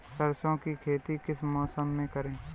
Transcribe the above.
सरसों की खेती किस मौसम में करें?